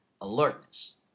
alertness